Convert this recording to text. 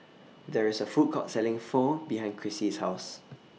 There IS A Food Court Selling Pho behind Krissy's House